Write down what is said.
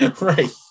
Right